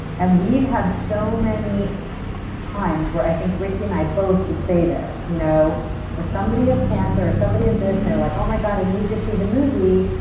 and we've had so many times where i think ricki and i both could say this, you know where somebody has cancer, or somebody has this and they're like, oh, my god, i and need to see the movie,